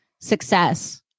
success